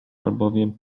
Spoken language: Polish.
albowiem